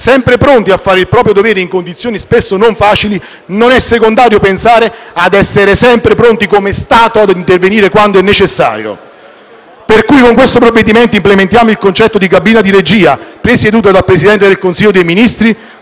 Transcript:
sempre pronte a fare il proprio dovere in condizioni spesso non facili, non è secondario pensare di essere sempre pronti, come Stato, ad intervenire quando è necessario. Con questo provvedimento implementiamo il concetto di cabina di regia presieduta dal Presidente del Consiglio dei ministri,